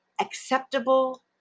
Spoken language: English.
acceptable